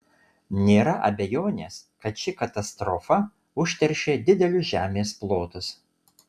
nėra abejonės kad ši katastrofa užteršė didelius žemės plotus